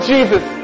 Jesus